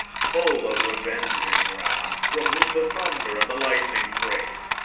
full of revenging wrath, from whom the thunder and the lightning breaks,